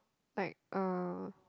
like uh